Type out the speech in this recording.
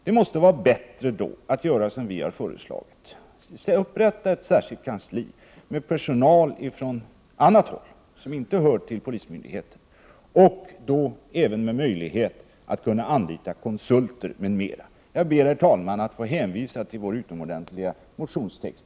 Det måste vara bättre att göra som vi moderater har föreslagit, nämligen upprätta ett särskilt kansli med personal som kommer från annat håll och inte tillhör polismyndigheten, och även ge kansliet möjlighet att anlita konsulter m.m. Jag ber, herr talman, att härvidlag få hänvisa till vår utomordentliga motionstext.